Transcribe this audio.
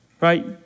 Right